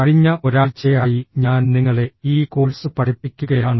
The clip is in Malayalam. കഴിഞ്ഞ ഒരാഴ്ചയായി ഞാൻ നിങ്ങളെ ഈ കോഴ്സ് പഠിപ്പിക്കുകയാണ്